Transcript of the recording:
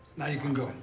now, you can go.